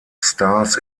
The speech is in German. stars